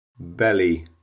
belly